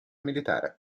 militare